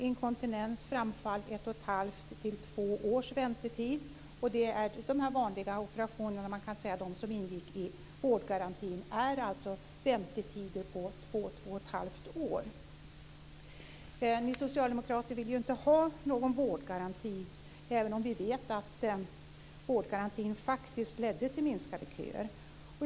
Inkontinens och framfall - ett och ett halvt till två års väntetid. När det gäller de här vanliga operationerna - man kan säga att det är de som ingick i vårdgarantin - så är väntetiderna två till två och ett halvt år. Ni socialdemokrater vill ju inte ha någon vårdgaranti, även om vi vet att den faktiskt ledde till minskade köer.